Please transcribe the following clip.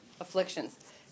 afflictions